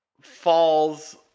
falls